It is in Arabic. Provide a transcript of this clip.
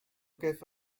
كيف